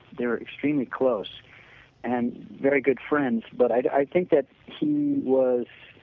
they're extremely close and very good friends. but i think that he was